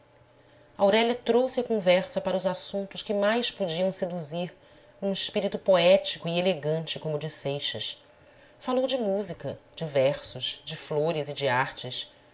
aurélia trouxe a conversa para os assuntos que mais po diam seduzir um espírito poético e elegante como o de seixas falou de música de versos de flores e de artes